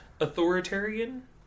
authoritarian